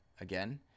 again